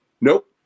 Nope